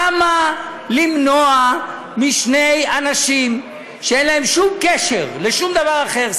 למה למנוע משני אנשים שאין להם שום קשר לשום דבר אחר,